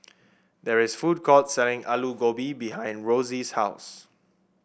there is a food court selling Alu Gobi behind Rossie's house